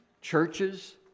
churches